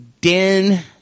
Den